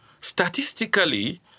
Statistically